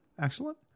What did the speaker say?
Excellent